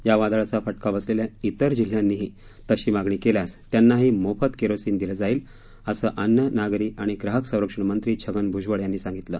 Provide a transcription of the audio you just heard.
या वादळाचा फटका बसलेल्या इतर जिल्ह्यांनीही तशी मागणी केल्यास त्यांनाही मोफत केरोसिन दिले जाईल असं अन्न नागरी व ग्राहक संरक्षण मंत्री छगन भ्जबळ यांनी सांगितलं